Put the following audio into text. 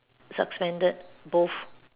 substandard both